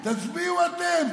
תצביעו אתם.